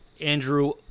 Andrew